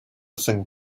thing